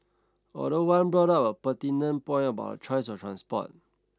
although one brought up a pertinent point about choice of transport